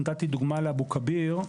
נתתי דוגמה לאבו כביר,